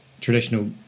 traditional